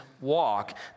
walk